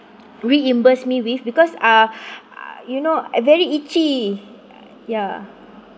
reimburse me with because uh you know I very itchy ya